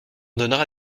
donnera